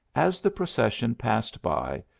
as the procession passed by,